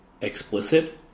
explicit